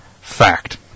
fact